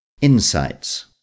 Insights